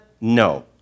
No